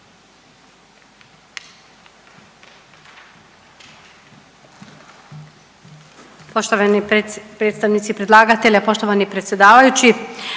Poštovani predstavnici predlagatelja, poštovani predsjedavajući.